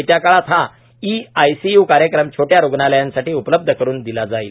येत्या काळात हा ई आयसीय् कार्यक्रम छोट्या रुग्णालयांसाठी उपलब्ध करून दिला जाईल